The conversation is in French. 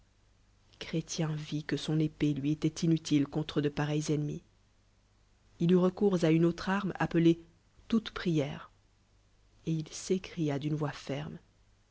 chrétien vit que son épée lui étoil inutile contre de pareils ennemis il eut recours à une autre arme appelée toute pt'iè re et il s'écria d'une voix ferme